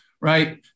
Right